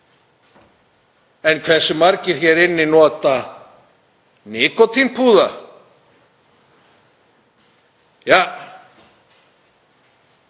En hversu margir hér inni nota nikótínpúða? Ja,